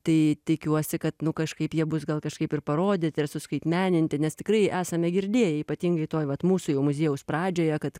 tai tikiuosi kad nu kažkaip jie bus gal kažkaip ir parodyti ar suskaitmeninti nes tikrai esame girdėję ypatingai toj vat mūsų jau muziejaus pradžioje kad